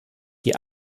die